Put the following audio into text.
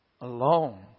alone